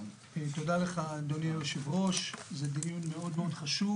תודה לך, אדוני היושב-ראש, זה דיון מאוד מאוד חשוב